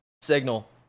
signal